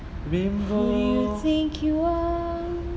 who do you think you are